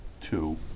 two